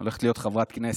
היא הולכת להיות חברת כנסת.